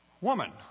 Woman